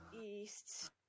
east